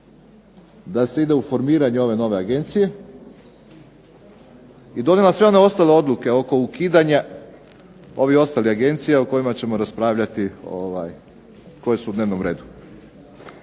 da se ide u formiranje ove nove agencije, i donijela sve one ostale odluke oko ukidanja ovih ostalih agencija o kojima ćemo raspravljati, koje su u dnevnom redu